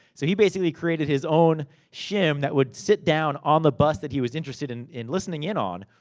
so he basically created his own shim, that would sit down on the bus that he was interested in in listening in on.